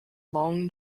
long